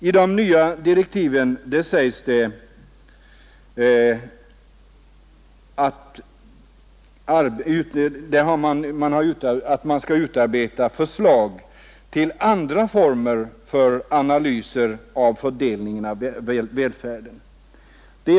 I de nya direktiven sägs det att man skall utarbeta förslag till andra former för analyser av fördelningen av välfärden.